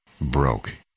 broke